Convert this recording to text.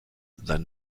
sein